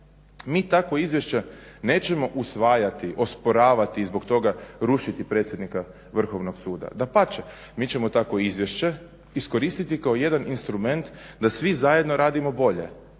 Mi takvo izvješće nećemo usvajati, osporavati zbog toga, rušiti predsjednika Vrhovnog suda, dapače. Mi ćemo takvo izvješće iskoristiti kao jedan instrument da svi zajedno radimo bolje.